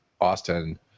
Austin